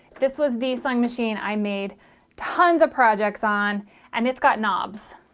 this was the sewing machine i made tons of projects on and it's got knobs,